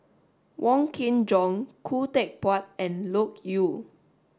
Wong Kin Jong Khoo Teck Puat and Loke Yew